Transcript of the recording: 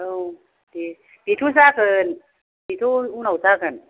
औ दे बेथ' जागोन बेथ' उनाव जागोन